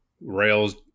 Rails